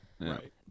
Right